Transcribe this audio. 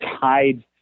tied